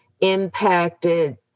impacted